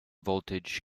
voltage